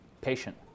Patient